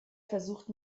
versucht